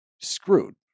screwed